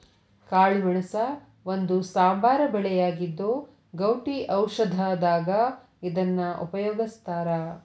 ಕಾಳಮೆಣಸ ಒಂದು ಸಾಂಬಾರ ಬೆಳೆಯಾಗಿದ್ದು, ಗೌಟಿ ಔಷಧದಾಗ ಇದನ್ನ ಉಪಯೋಗಸ್ತಾರ